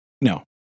No